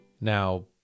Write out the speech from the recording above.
Now